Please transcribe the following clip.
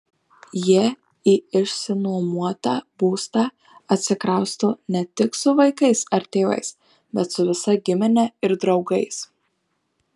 jie į išsinuomotą būstą atsikrausto ne tik su vaikais ar tėvais bet su visa gimine ir draugais